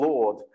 Lord